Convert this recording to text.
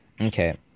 Okay